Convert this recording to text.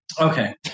Okay